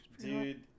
Dude